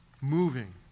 moving